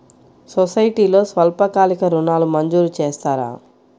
సొసైటీలో స్వల్పకాలిక ఋణాలు మంజూరు చేస్తారా?